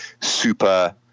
super